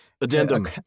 addendum